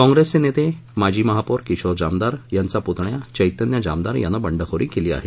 काँप्रेसचे नेते माजी महापौर किशोर जामदार यांचा पुतण्या चैतन्य जामदार याने बंडखोरी केली आहे